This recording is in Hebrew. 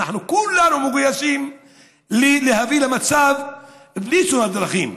ואנחנו כולנו מגויסים להביא למצב בלי תאונות דרכים,